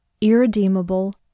Irredeemable